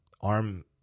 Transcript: Arm